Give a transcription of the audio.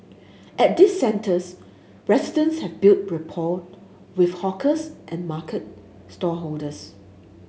at these centres residents have built rapport with hawkers and market stallholders